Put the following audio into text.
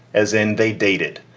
as in they dated.